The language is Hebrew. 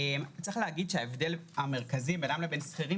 צריך להגיד שההבדל המרכזי בינם לבין שכירים